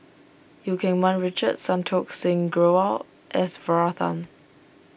Eu Keng Mun Richard Santokh Singh Grewal S Varathan